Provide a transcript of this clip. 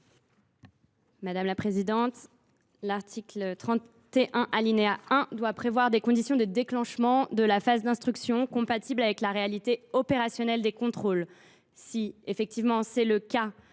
premier alinéa de l’article 31 doit prévoir des conditions de déclenchement de la phase d’instruction compatibles avec la réalité opérationnelle des contrôles. Si c’est effectivement le cas,